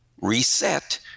reset